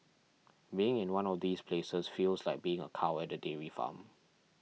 being in one of these places feels like being a cow at a dairy farm